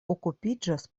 okupiĝas